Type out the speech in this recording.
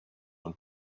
und